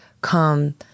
come